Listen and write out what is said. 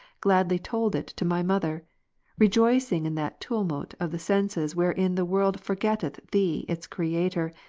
gladly told it to my mother rejoicing in that tumult of the senses wherein the world forgetteth thee its creator,